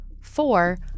four